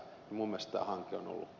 arvoisa puhemies